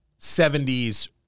70s